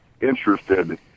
interested